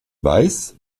weiß